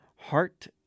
heart